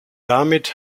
damit